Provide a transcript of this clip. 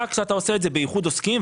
רק שאתה עושה את זה באיחוד עוסקים,